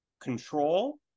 control